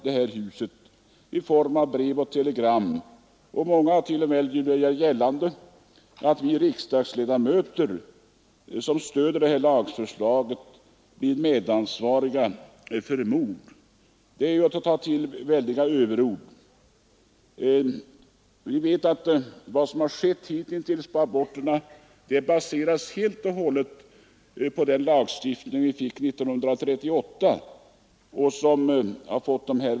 Det har kommit brev och telegram i vilka det t.o.m. har gjorts gällande att vi riksdagsledamöter som stöder detta lagförslag blir medansvariga för mord. Det är att ta till väldiga överord! Vad som hittills skett i fråga om aborter — t.ex. att vi fått dessa höga abortsiffror — baseras helt och hållet på den lagstiftning vi fick 1938.